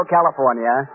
California